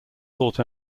sought